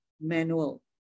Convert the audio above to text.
manual